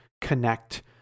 connect